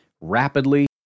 rapidly